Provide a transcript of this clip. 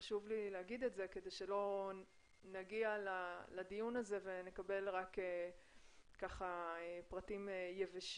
חשוב לי להגיד את זה כדי שלא נגיע לדיון הזה ונקבל רק פרטים יבשים.